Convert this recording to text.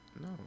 No